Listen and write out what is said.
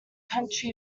country